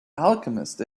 alchemist